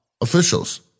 officials